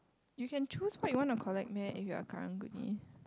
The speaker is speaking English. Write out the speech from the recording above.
you can choose what you want to collect meh if you're Karang-Guni